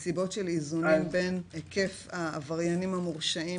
מסיבות של איזונים בין היקף העבריינים המורשעים